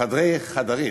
בחדרי חדרים,